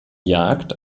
jagd